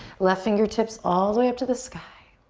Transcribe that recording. left fingertips all the way up to the sky.